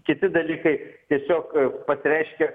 kiti dalykai tiesiog pasireiškia